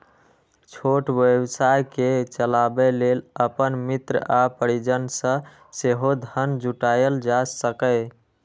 छोट व्यवसाय कें चलाबै लेल अपन मित्र आ परिजन सं सेहो धन जुटायल जा सकैए